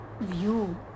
view